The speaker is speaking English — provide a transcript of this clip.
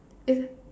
is